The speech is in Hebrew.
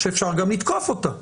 שאפשר גם לתקוף אותה,